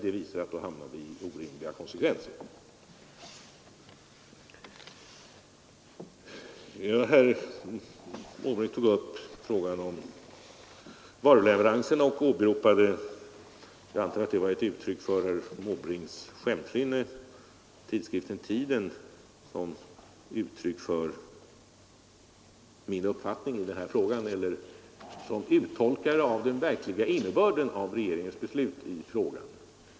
Det visar att konsekvenserna av en sådan linje blir orimliga. Herr Måbrink tog upp frågan om varuleveranserna och åberopade — jag antar att det var ett uttryck för herr Måbrinks skämtlynne — tidskriften Tiden som uttolkare av den verkliga innebörden av regeringens beslut i frågan.